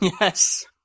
Yes